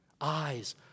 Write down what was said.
Eyes